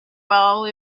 while